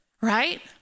right